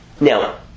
Now